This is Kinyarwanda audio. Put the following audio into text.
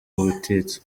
ubutitsa